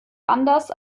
anders